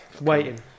Waiting